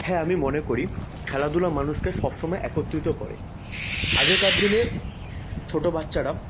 হ্যাঁ আমি মনে করি খেলাধুলা মানুষকে সবসময় একত্রিত করে আগেকার দিনে ছোটো বাচ্চারা